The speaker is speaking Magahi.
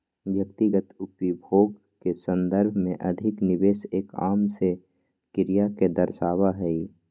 व्यक्तिगत उपभोग के संदर्भ में अधिक निवेश एक आम से क्रिया के दर्शावा हई